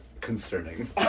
concerning